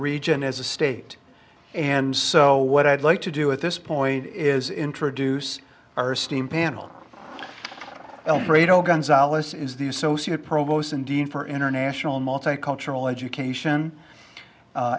region as a state and so what i'd like to do at this point is introduce our steam panel gonzales is the associate provost and dean for international multicultural education